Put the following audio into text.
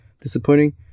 disappointing